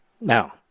Now